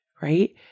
Right